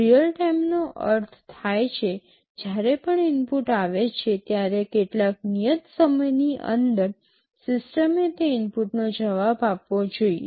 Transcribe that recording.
real time નો અર્થ થાય છે જ્યારે પણ ઇનપુટ આવે છે ત્યારે કેટલાક નિયત સમયની અંદર સિસ્ટમએ તે ઇનપુટનો જવાબ આપવો જોઈએ